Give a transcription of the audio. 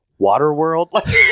Waterworld